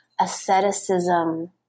asceticism